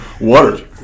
water